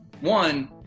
One